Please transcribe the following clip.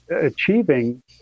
achieving